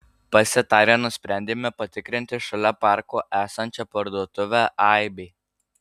pasitarę nusprendėme patikrinti šalia parko esančią parduotuvę aibė